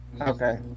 Okay